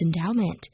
endowment